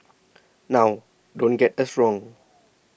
now don't get us wrong